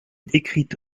décrite